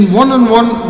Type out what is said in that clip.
one-on-one